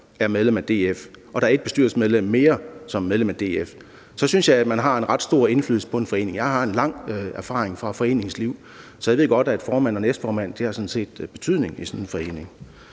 er medlem af DF og der er et bestyrelsesmedlem mere, som er medlem af DF, så synes jeg, man kan sige, at DF har en ret stor indflydelse på den forening. Jeg har en lang erfaring fra foreningslivet, så jeg ved godt, at formand og næstformand sådan set har betydning i sådan en forening.